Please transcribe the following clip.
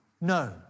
No